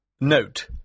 Note